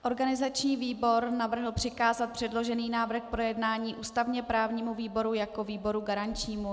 Organizační výbor navrhl přikázat předložený návrh k projednání ústavněprávnímu výboru jako výboru garančnímu.